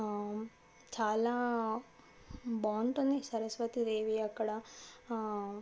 చాలా బాగుంటుంది సరస్వతి దేవి అక్కడ